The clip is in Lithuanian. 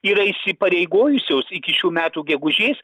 yra įsipareigojusios iki šių metų gegužės